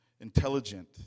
intelligent